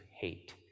hate